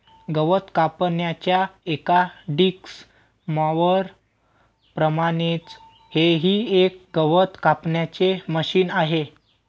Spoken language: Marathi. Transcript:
गवत कापण्याच्या एका डिक्स मॉवर प्रमाणेच हे ही एक गवत कापण्याचे मशिन आहे